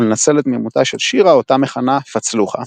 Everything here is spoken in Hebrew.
ולנצל את תמימותה של שירה אותה מכנה "פצלוחה".